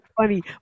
funny